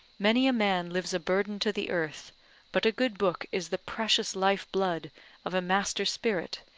many a man lives a burden to the earth but a good book is the precious life-blood of a master spirit,